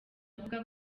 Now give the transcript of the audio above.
avuga